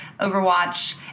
Overwatch